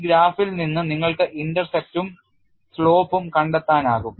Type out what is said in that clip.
ഈ ഗ്രാഫിൽ നിന്ന് നിങ്ങൾക്ക് ഇന്റർസെപ്റ്റും ചരിവും കണ്ടെത്താനാകും